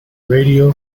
radio